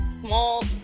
small